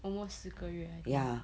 almost 四个月 I think